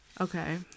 Okay